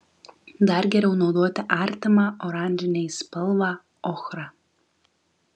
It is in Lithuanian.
dar geriau naudoti artimą oranžinei spalvą ochrą